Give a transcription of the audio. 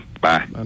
Bye